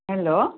hello